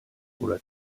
oder